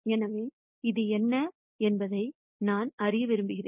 எனவே இது என்ன என்பதை நான் அறிய விரும்புகிறேன்